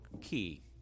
key